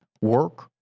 work